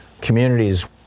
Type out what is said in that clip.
communities